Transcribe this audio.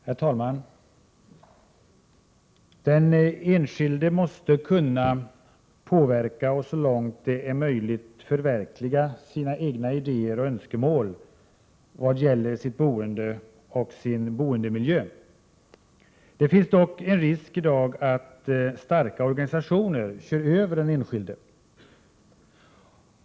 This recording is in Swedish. Herr talman! Den enskilde måste kunna påverka och så långt möjligt förverkliga sina egna idéer och önskemål vad gäller det egna boendet och den egna boendemiljön. Det finns dock i dag en risk för att starka organisationer kör över den enskilde.